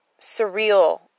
surreal